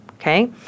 okay